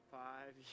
five